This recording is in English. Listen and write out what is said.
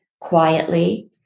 quietly